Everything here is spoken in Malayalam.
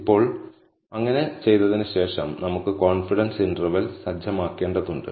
ഇപ്പോൾ അങ്ങനെ ചെയ്തതിന് ശേഷം നമുക്ക്കോൺഫിഡൻസ് ഇന്റെർവെൽ സജ്ജമാക്കേണ്ടതുണ്ട്